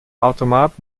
automat